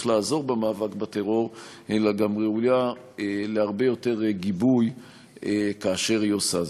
לעזור במאבק בטרור אלא גם ראויה להרבה יותר גיבוי כאשר היא עושה זאת.